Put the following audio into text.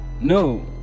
No